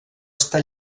està